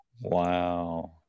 wow